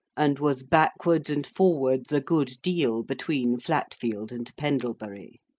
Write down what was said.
and was backwards and forwards a good deal between flatfield and pendlebury.